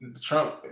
Trump